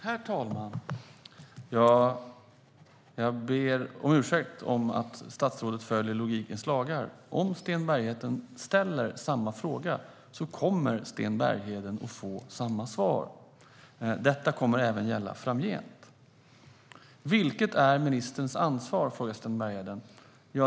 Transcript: Herr talman! Jag ber om ursäkt för att jag som statsråd följer logikens lagar. Om Sten Bergheden ställer samma fråga kommer Sten Bergheden att få samma svar. Detta kommer även att gälla framgent. Vilket är ministerns ansvar, frågar Sten Bergheden.